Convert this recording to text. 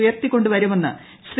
ഉയർത്തിക്കൊണ്ടുവരുമെന്ന് Shri